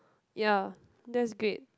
ya that's great